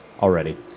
already